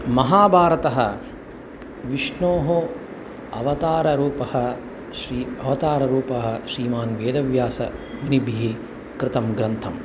महाभारतः विष्णोः अवताररूपः श्री अवताररूपः श्रीमान् वेदव्यासमुनिभिः कृतः ग्रन्थः